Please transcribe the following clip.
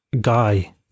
guy